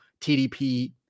TDP